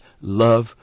love